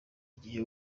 igihe